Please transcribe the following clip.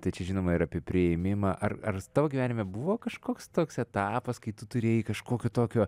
tai čia žinoma ir apie priėmimą ar ar tavo gyvenime buvo kažkoks toks etapas kai tu turėjai kažkokio tokio